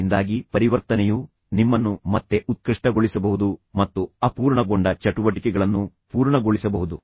ಇದರಿಂದಾಗಿ ಪರಿವರ್ತನೆಯು ನಿಮ್ಮನ್ನು ಮತ್ತೆ ಉತ್ಕೃಷ್ಟಗೊಳಿಸಬಹುದು ಮತ್ತು ನಂತರ ಎಲ್ಲಾ ತಡೆರಹಿತ ಅಪೂರ್ಣಗೊಂಡ ಚಟುವಟಿಕೆಗಳನ್ನು ಪೂರ್ಣಗೊಳಿಸಬಹುದು